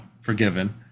forgiven